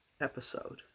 episode